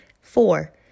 Four